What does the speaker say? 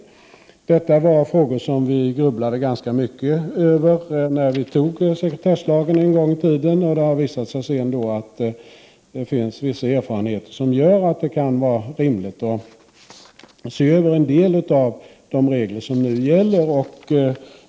Detta var frågor som vi grubblade ganska mycket över när vi en gång i tiden antog sekretesslagen, och det har sedan visat sig att det kan vara rimligt att se över en del av de regler som nu gäller.